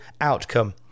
outcome